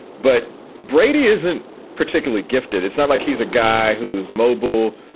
but brady isn't particularly gifted. it's not like he's a guy who's mobile.